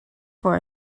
for